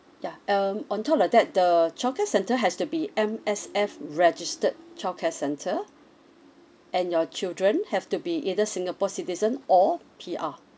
yeah um on top of that the childcare centre has to be M_S_F registered childcare centre and your children have to be either singapore citizen or P_R